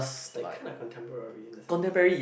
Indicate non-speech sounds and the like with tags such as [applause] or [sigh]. [noise] it's like kinda contemporary in a sense